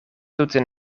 tute